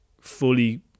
fully